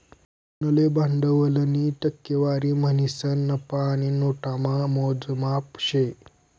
उनले भांडवलनी टक्केवारी म्हणीसन नफा आणि नोटामा मोजमाप शे